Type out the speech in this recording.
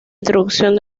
introducción